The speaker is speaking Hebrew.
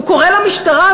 הוא קורא למשטרה,